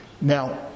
Now